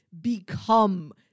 become